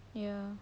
ya